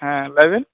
ᱦᱮᱸ ᱞᱟᱹᱭ ᱵᱮᱱ